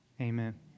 amen